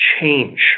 change